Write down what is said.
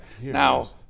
now